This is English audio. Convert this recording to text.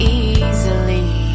easily